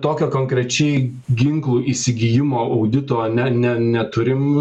tokio konkrečiai ginklų įsigijimo audito ne ne neturim